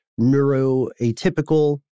neuroatypical